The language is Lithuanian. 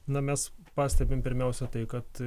na mes pastebim pirmiausia tai kad